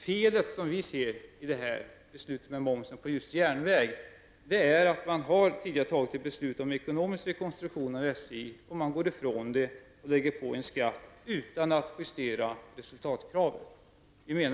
Felet som vi ser i detta beslut om moms på resor med tåg är att det tidigare har fattats ett beslut om ekonomisk rekonstruktion av SJ. Nu går man alltså från detta beslut och lägger på en skatt utan att justera resultatkraven.